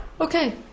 Okay